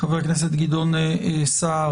חבר הכנסת גדעון סער,